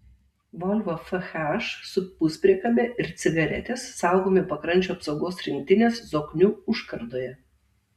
volvo fh su puspriekabe ir cigaretės saugomi pakrančių apsaugos rinktinės zoknių užkardoje